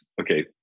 Okay